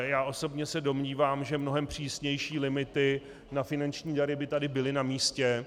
Já osobně se domnívám, že mnohem přísnější limity na finanční dary by tady byly namístě.